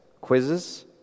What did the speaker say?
quizzes